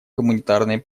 гуманитарной